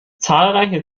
zahlreiche